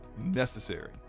necessary